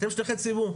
אתם שליחי ציבור,